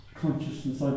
consciousness